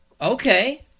Okay